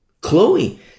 Chloe